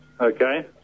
Okay